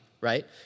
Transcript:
right